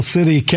City